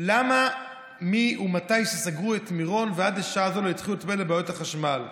למה מאז שסגרו את מירון ועד לשעה זו לא התחילו לטפל בבעיות החשמל?